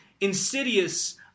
insidious